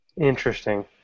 Interesting